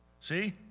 See